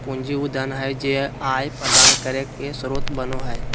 पूंजी उ धन हइ जे आय प्रदान करे के स्रोत बनो हइ